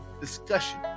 discussion